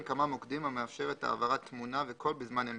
כמה מוקדים המאפשרת העברת תמונה וקול בזמן אמת.